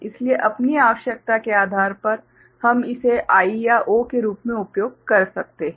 इसलिए अपनी आवश्यकता के आधार पर हम इसे I या O के रूप में उपयोग कर सकते हैं